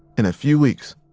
in a few weeks,